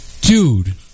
dude